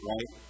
Right